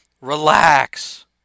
Relax